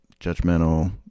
judgmental